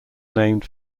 named